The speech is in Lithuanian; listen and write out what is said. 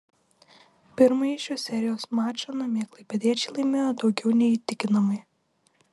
pirmąjį šios serijos mačą namie klaipėdiečiai laimėjo daugiau nei įtikinamai